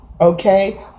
okay